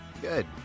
Good